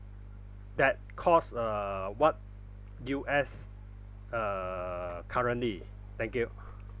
that cause uh what U_S uh currently thank you